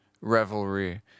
revelry